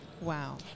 Wow